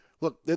look